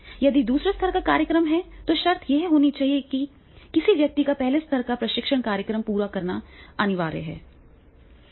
यदि दूसरे स्तर का कार्यक्रम है तो शर्त यह होनी चाहिए कि किसी व्यक्ति को पहले स्तर का प्रशिक्षण कार्यक्रम पूरा करना चाहिए